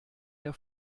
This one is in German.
der